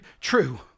true